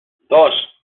dos